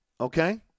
okay